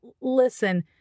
listen